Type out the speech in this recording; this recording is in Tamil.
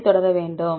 எப்படி தொடர வேண்டும்